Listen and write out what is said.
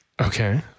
Okay